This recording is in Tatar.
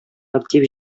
актив